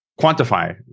quantify